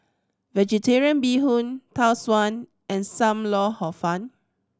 Vegetarian Bee Hoon Tau Suan and Sam Lau Hor Fun